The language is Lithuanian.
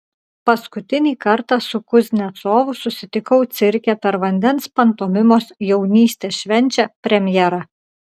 paskutinį kartą su kuznecovu susitikau cirke per vandens pantomimos jaunystė švenčia premjerą